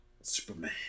Superman